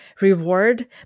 reward